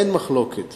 אין מחלוקת